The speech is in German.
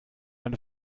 eine